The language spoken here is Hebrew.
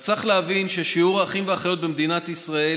אז צריך להבין ששיעור האחים והאחיות במדינת ישראל